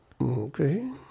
Okay